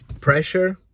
pressure